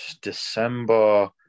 december